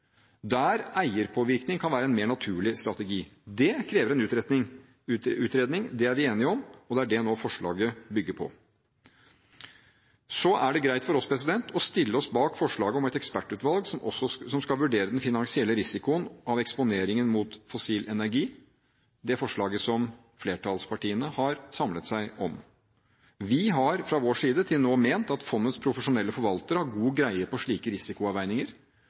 kan eierpåvirkning være en mer naturlig strategi. Det krever en utredning. Det er vi enige om, og det er det forslaget nå bygger på. Det er greit for oss å stille oss bak forslaget i innstillingen om et ekspertutvalg som skal vurdere den finansielle risikoen av eksponeringen mot fossil energi – det forslaget som flertallspartiene har samlet seg om. Vi har fra vår side til nå ment at fondets profesjonelle forvaltere har god greie på slike risikoavveininger,